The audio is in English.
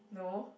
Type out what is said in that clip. no